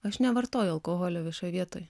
aš nevartojau alkoholio viešoj vietoj